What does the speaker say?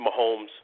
Mahomes